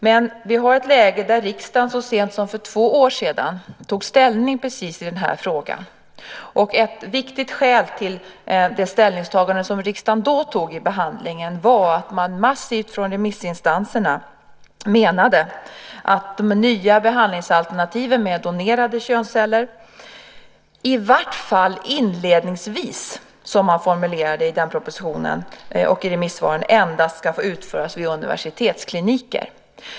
Vi har dock ett läge där riksdagen så sent som för två år sedan tog ställning precis i den här frågan. Ett viktigt skäl till det ställningstagande som riksdagen då gjorde i behandlingen var att man massivt från remissinstanserna menade att de nya behandlingsalternativen med donerade könsceller - i vart fall inledningsvis, som man formulerade det i den propositionen och i remissvaren - endast ska få utföras vid universitetskliniker.